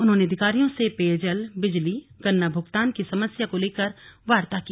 उन्होंने अधिकारियों से पेयजल बिजली गन्ना भुगतान की समस्या को लेकर वार्ता की